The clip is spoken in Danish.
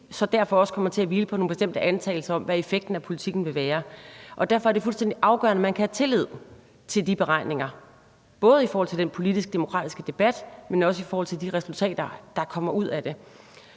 så derfor også kommer til at hvile på nogle bestemte antagelser om, hvad effekten af politikken vil være, og at det derfor er fuldstændig afgørende, at man kan have tillid til de beregninger, både i forhold til den politiske og demokratiske debat, men også i forhold til de resultater, der kommer ud af det?